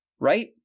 right